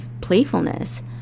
playfulness